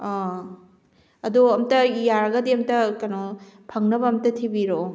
ꯑꯥ ꯑꯗꯣ ꯑꯝꯇ ꯌꯥꯔꯒꯗꯤ ꯑꯝꯇ ꯀꯩꯅꯣ ꯐꯪꯅꯕ ꯑꯝꯇ ꯊꯤꯕꯤꯔꯛꯑꯣ